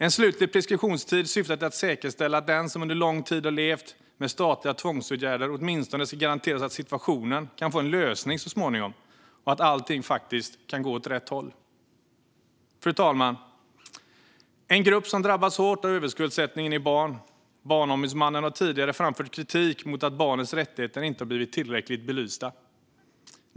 En slutlig preskriptionstid syftar till att säkerställa att den som under lång tid har levt med statliga tvångsåtgärder åtminstone ska garanteras att situationen kan få en lösning så småningom och att allting faktiskt kan gå åt rätt håll. Fru talman! En grupp som drabbas hårt av överskuldsättningen är barn. Barnombudsmannen har tidigare framfört kritik mot att barnens rättigheter inte blivit tillräckligt belysta.